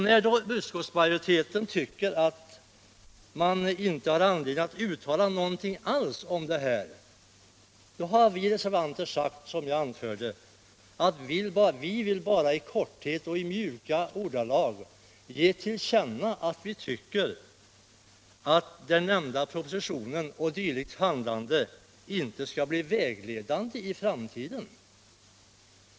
När utskottsmajoriteten tycker att den inte har anledning att uttala någonting om det här, har vi reservanter sagt, som jag anförde, att vi bara i korthet och i mjuka ordalag vill ge till känna att vi tycker att den nämnda propositionen och dylikt handlande inte skall bli vägledande i framtiden.